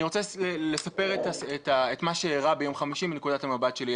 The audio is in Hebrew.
אני רוצה לספר את מה שאירע ביום חמישי מנקודת המבט שלי.